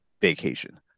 vacation